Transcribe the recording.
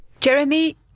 Jeremy